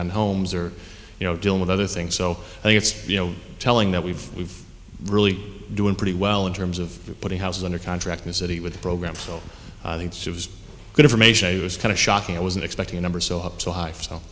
on homes or you know dealing with other things so i think it's you know telling that we've we've really doing pretty well in terms of putting houses under contract to city with the program so it's just good information it was kind of shocking i wasn't expecting a number so up so high so